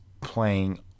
playing